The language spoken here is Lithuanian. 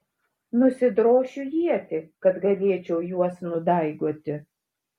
nusidrošiu ietį kad galėčiau juos nudaigoti